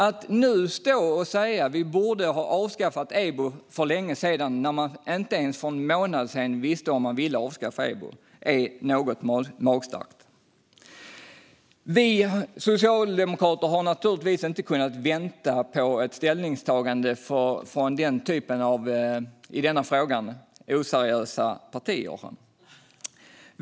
Att nu säga att vi borde ha avskaffat EBO för länge sedan när de för en månad sedan inte ens visste om de ville avskaffa EBO är något magstarkt. Vi socialdemokrater har naturligtvis inte kunnat vänta på ett ställningstagande från den typen av - i denna fråga - oseriösa partier.